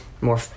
more